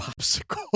popsicle